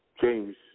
James